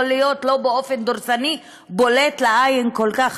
יכול להיות שלא באופן דורסני בולט לעין כל כך,